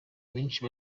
benshi